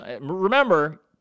remember